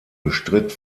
bestritt